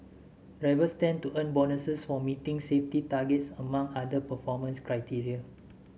drivers stand to earn bonuses for meeting safety targets among other performance criteria